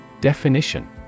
Definition